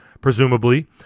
presumably